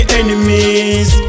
enemies